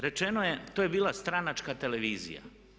Rečeno je, to je bila stranačka televizija.